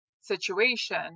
situation